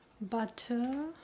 butter